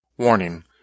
Warning